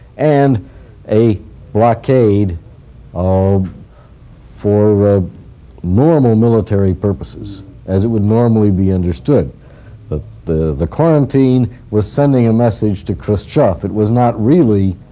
and a blockade um for normal military purposes as it would normally be understood that the the quarantine was sending a message to khrushchev. it was not really